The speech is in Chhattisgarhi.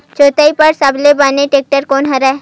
जोताई बर सबले बने टेक्टर कोन हरे?